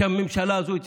שהממשלה הזו הצליחה.